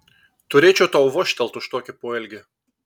turėčiau tau vožtelt už tokį poelgį